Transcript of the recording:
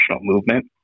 movement